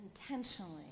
intentionally